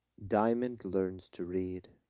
diamond learns to read